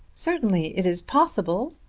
certainly it is possible.